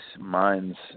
minds